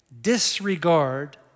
disregard